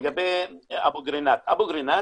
לגבי אבו קרינאת, באבו קרינאת